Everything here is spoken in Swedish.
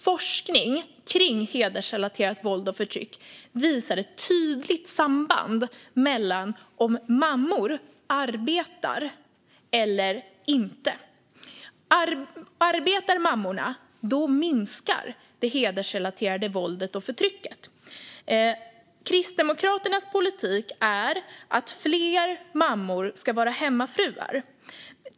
Forskning kring hedersrelaterat våld och förtryck visar ett tydligt samband när det gäller om mammor arbetar eller inte. Arbetar mammorna minskar det hedersrelaterade våldet och förtrycket. Kristdemokraternas politik är att fler mammor ska vara hemmafruar.